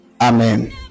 Amen